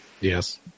Yes